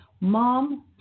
Mom